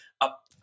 up